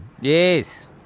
Yes